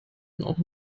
noch